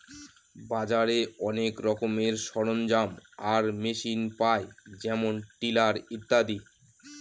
বাজারে অনেক রকমের সরঞ্জাম আর মেশিন পায় যেমন টিলার ইত্যাদি